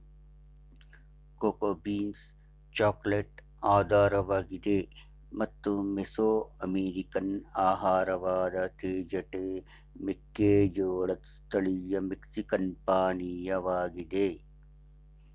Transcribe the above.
cocoa beans chocolate ಆಧಾರವಾಗಿದೆ ಮತ್ತು Mesoamerican ಆಹಾರವಾದ ತೇಜಟೆ ಮೆಕ್ಕೆಜೋಳದ್ ಸ್ಥಳೀಯ ಮೆಕ್ಸಿಕನ್ ಪಾನೀಯವಾಗಿದೆ